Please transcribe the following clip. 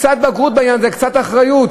קצת בגרות בעניין הזה, קצת אחריות.